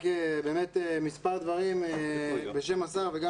אני רוצה להגיד מספר דברים בשם השר וגם